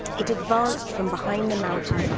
it advanced from behind the mountains